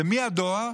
זה מהדואר